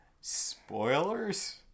spoilers